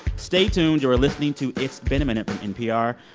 stay tuned. you are listening to it's been a minute from npr.